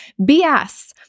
BS